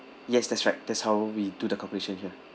yes that's right that's how we do the calculation here